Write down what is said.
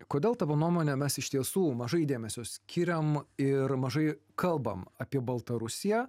kodėl tavo nuomone mes iš tiesų mažai dėmesio skiriam ir mažai kalbam apie baltarusiją